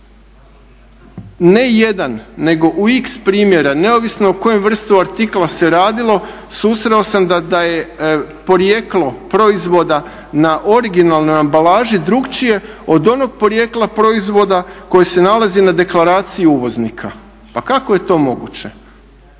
Ne jedan nego u x primjera neovisno o kojem vrstu artikla se radilo susreo sam da je porijeklo proizvoda na originalnoj ambalaži drukčije od onog porijekla proizvoda koji se nalazi na deklaraciji uvoznika. Pa kako je to moguće?